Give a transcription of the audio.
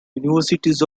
universities